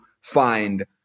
find